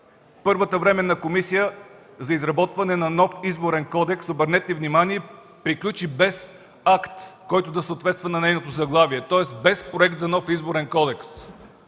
Първата Временна комисия за изработване на нов Изборен кодекс, обърнете внимание, приключи без акт, който да съответства на нейното заглавие. Тоест без проект за нов Изборен кодекс.